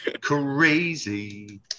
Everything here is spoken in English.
Crazy